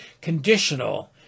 conditional